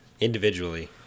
individually